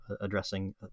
addressing